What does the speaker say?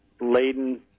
laden